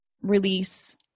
release